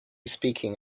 speaking